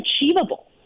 achievable